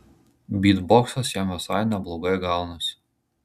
bytboksas jam visai neblogai gaunasi